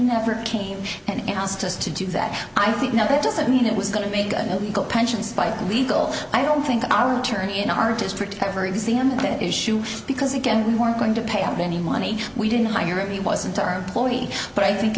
never came and asked us to do that i think now that doesn't mean it was going to make an illegal pension spiking legal i don't think our attorney in our district ever examined the issue because again we weren't going to pay out any money we didn't hire him he wasn't our employee but i think